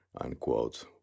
Unquote